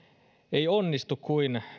ei onnistu kuin